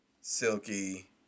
Silky